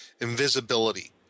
invisibility